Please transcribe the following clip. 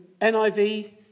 NIV